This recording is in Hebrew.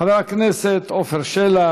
חבר הכנסת עפר שלח,